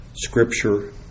Scripture